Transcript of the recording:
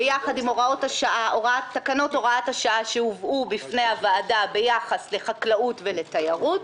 ביחד עם תקנות הוראת השעה שהובאו בפני הוועדה ביחס לחקלאות ולתיירות.